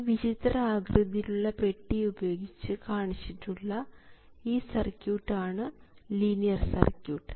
ഈ വിചിത്ര ആകൃതിയിലുള്ള പെട്ടി ഉപയോഗിച്ച് കാണിച്ചിട്ടുള്ള ഈ സർക്യൂട്ട് ആണ് ലീനിയർ സർക്യൂട്ട്